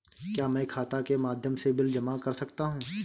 क्या मैं खाता के माध्यम से बिल जमा कर सकता हूँ?